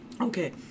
Okay